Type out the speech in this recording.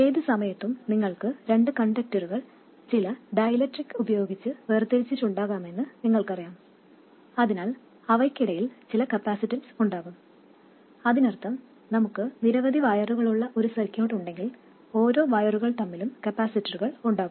ഏത് സമയത്തും നിങ്ങൾക്ക് രണ്ട് കണ്ടക്ടറുകൾ ചില ഡൈഇലക്ട്രിക് ഉപയോഗിച്ച് വേർതിരിച്ചിട്ടുണ്ടാകാമെന്ന് നിങ്ങൾക്കറിയാം അതിനാൽ അവയ്ക്കിടയിൽ ചില കപ്പാസിറ്റൻസ് ഉണ്ടാകും അതിനർത്ഥം നമുക്ക് നിരവധി വയറുകളുള്ള ഒരു സർക്യൂട്ട് ഉണ്ടെങ്കിൽ ഓരോ വയറുകൾ തമ്മിലും കപ്പാസിറ്ററുകൾ ഉണ്ടാകും